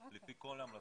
לפי כל ההמלצות,